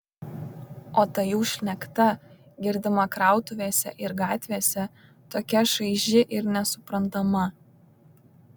o ta jų šnekta girdima krautuvėse ir gatvėse tokia šaiži ir nesuprantama